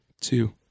two